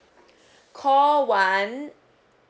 call one